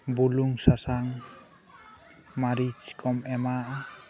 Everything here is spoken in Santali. ᱵᱩᱞᱩᱝ ᱥᱟᱥᱟᱝ ᱢᱟᱹᱨᱤᱪ ᱠᱚᱢ ᱮᱢᱟᱜᱼᱟ